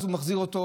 הוא מחזיר אותו,